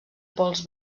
pols